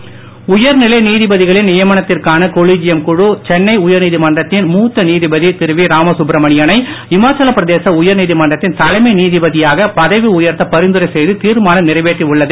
நீதிபதி உயர்நிலை நீதிபதிகளின் நியமனத்திற்கான கொலிஜியம் குழு உயர்நீதிமன்றத்தின் நீதிபதி சென்னை திரு வி ராமசுப்பிரமணியனை இமாச்சல பிரதேச உயர்நீதிமன்றத்தின் தலைமை நீதிபதியாக பதவி உயர்த்தப் பரிந்துரை செய்து தீர்மானம் நிறைவேற்றி உள்ளது